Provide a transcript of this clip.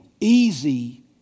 easy